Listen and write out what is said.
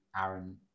Aaron